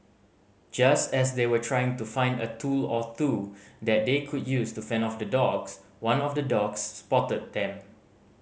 just as they were trying to find a tool or two that they could use to fend off the dogs one of the dogs spotted them